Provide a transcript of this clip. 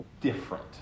different